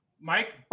Mike